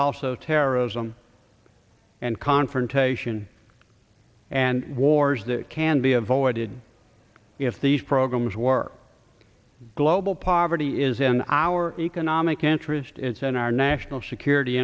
also terrorism and confrontation and wars that can be avoided if these programs work global poverty is in our economic interest it's in our national security